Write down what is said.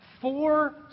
four